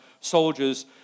Soldiers